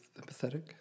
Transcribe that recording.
Empathetic